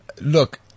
Look